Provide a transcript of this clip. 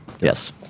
yes